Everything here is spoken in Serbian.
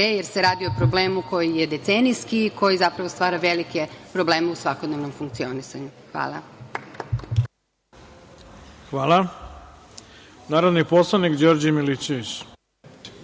jer se radi o problemu koji je decenijski i koji stvara velike probleme u svakodnevnom funkcionisanju. Hvala. **Ivica Dačić** Reč ima narodni poslanik Đorđe Milićević.